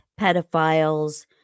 pedophiles